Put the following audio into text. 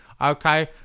Okay